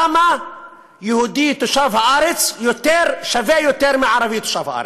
למה יהודי תושב הארץ שווה יותר מערבי תושב הארץ?